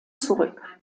zurück